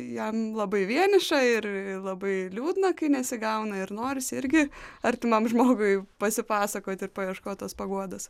jam labai vieniša ir labai liūdna kai nesigauna ir norisi irgi artimam žmogui pasipasakot ir paieškot tos paguodos